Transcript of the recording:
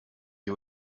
you